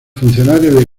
funcionarios